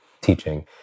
teaching